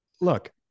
Look